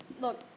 Look